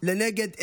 לנגד עינינו.